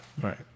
Right